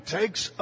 takes